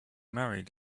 married